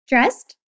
Dressed